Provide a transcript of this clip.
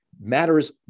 matters